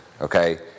okay